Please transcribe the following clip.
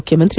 ಮುಖ್ಯಮಂತ್ರಿ